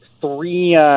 three